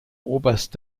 oberst